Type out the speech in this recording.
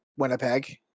Winnipeg